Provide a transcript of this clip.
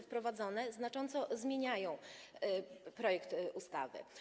Wprowadzone zapisy znacząco zmieniają projekt ustawy.